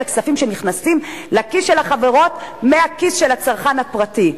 אלה כספים שנכנסים לכיס של החברות מהכיס של הצרכן הפרטי.